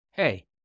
Hey